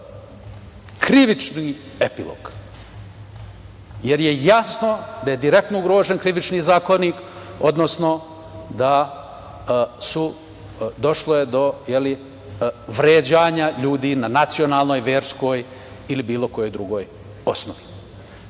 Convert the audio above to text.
krivični epilog. Jasno je da je direktno ugrožen Krivični zakonik, odnosno da je došlo do vređanja ljudi na nacionalnoj, verskoj ili bilo kojoj drugoj osnovi. Jako